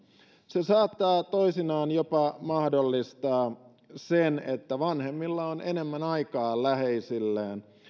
se saattaa toisinaan jopa mahdollistaa sen että vanhemmilla on enemmän aikaa läheisilleen